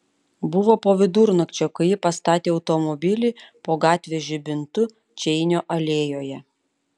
buvo po vidurnakčio kai ji pastatė automobilį po gatvės žibintu čeinio alėjoje